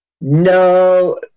No